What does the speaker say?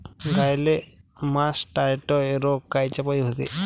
गाईले मासटायटय रोग कायच्यापाई होते?